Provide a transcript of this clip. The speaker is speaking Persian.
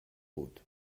بود